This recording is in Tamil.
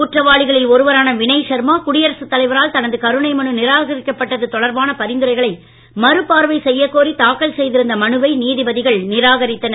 குற்றவாளிகளில் ஒருவரான வினய் ஷர்மா குடியரசுத் தலைவரால் தனது கருணை மனு நிராகரிக்கப் பட்டது தொடர்பான பரிந்துரைகளை மறுபார்வை செய்யக்கோரி தாக்கல் செய்திருந்த மனுவை நீதிபதிகள் நிராகரித்தனர்